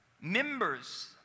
members